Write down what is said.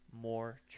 more